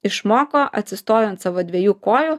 išmoko atsistojo ant savo dviejų kojų